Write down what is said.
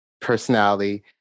personality